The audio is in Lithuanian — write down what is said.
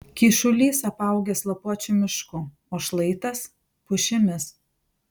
kyšulys apaugęs lapuočių mišku o šlaitas pušimis